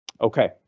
Okay